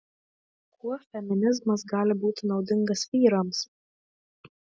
kuo feminizmas gali būti naudingas vyrams